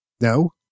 No